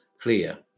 clear